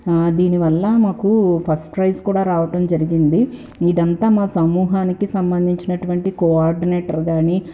దీని వల్ల మాకు ఫస్ట్ ప్రైజ్ కూడా రావడం జరిగింది ఇదంతా మా సమూహానికి సంబంధించినటువంటి కోఆర్డినేటర్ కానీ